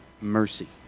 mercy